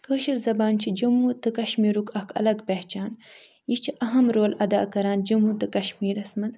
کٲشِر زبان چھِ جموں تہٕ کَشمیٖرُک اَکھ الگ پہچان یہِ چھِ اہَم رول ادا کران جموں تہٕ کَشمیٖرَس منٛز